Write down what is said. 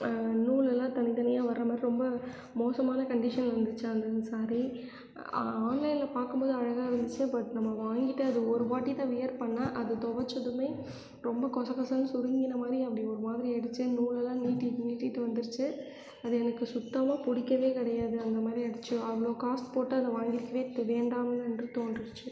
நூலெல்லாம் தனித்தனியாக வரமாதிரி ரொம்ப மோசமான கண்டீஷனில் இருந்துச்சு அந்த ஸாரி ஆன்லைனில் பார்க்கம்போது அழகாக இருந்துச்சு பட் நம்ம வாங்கிட்டு அது ஒருவாட்டி தான் வியர் பண்ணால் அது துவச்சதுமே ரொம்ப கொச கொசன்னு சுருங்கின மாதிரி அப்படி ஒரு மாதிரி ஆயிடுச்சு நூலெல்லாம் நீட்டிட்டு நீட்டிட்டு வந்துருச்சு அது எனக்கு சுத்தமாக பிடிக்கவே கிடையாது அந்தமாதிரி ஆயிடுச்சி அவ்வளோ காஸ் போட்டு அதை வாங்கிருக்கவே இப்போ வேண்டாமே என்று தோன்றிடுச்சுசி